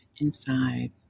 inside